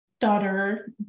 daughter